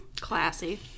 Classy